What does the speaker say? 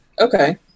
Okay